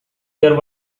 there